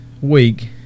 week